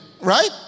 Right